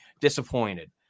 disappointed